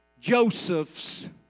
Joseph's